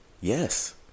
Yes